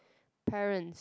parents